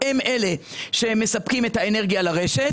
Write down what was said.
הם אלה שמספקים את האנרגיה לרשת.